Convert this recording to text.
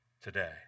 today